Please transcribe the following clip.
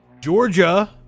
Georgia